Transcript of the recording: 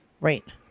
Right